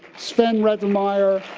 sven rethemeier.